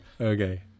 Okay